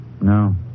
No